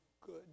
good